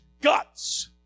guts